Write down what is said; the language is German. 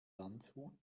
landshut